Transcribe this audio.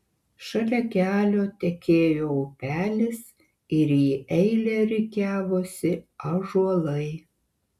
šalia kelio tekėjo upelis ir į eilę rikiavosi ąžuolai